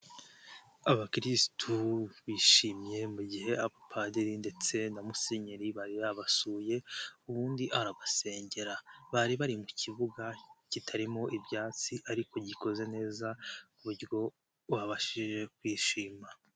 Abakirisitu bishimye mu gihe abapadiri ndetse na musenyeri bari babasuye ubundi arabasengera, bari bari mu kibuga kitarimo ibyatsi ariko gikoze neza ku buryo babashije kwishima.